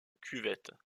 cuvette